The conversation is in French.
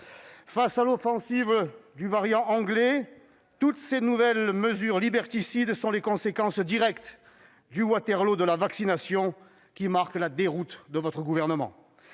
Face à l'offensive du variant anglais, toutes ces nouvelles mesures liberticides sont les conséquences directes du Waterloo de la vaccination, qui marque la déroute de votre gouvernement.